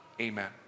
Amen